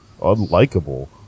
unlikable